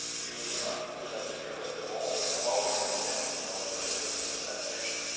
the ulema, who, like the druids of old, have always been exempt from military service and taxation,